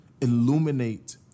illuminate